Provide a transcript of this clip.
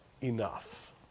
enough